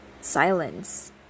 silence